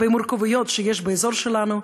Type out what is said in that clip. במורכבויות שיש באזור שלנו.